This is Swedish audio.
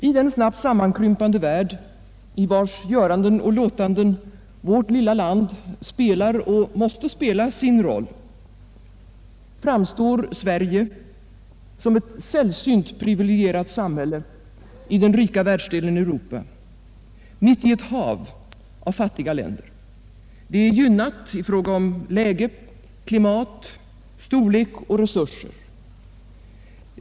I den snabbt sammankrympande värld i vars göranden och låtanden vårt lilla land spelar och måste spela sin roll framstår Sverige som ett sällsynt privilegierat samhälle i den rika världsdelen Europa, mitt i ett hav av fattiga länder. Det är gynnat i fråga om läge, klimat, storlek och resurser.